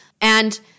And-